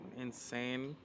insane